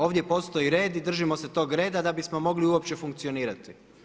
Ovdje postoji red i držimo se tog reda da bismo mogli uopće funkcionirati.